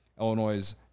Illinois